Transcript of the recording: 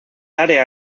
área